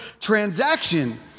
transaction